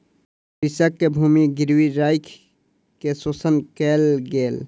कृषक के भूमि गिरवी राइख के शोषण कयल गेल